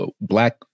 black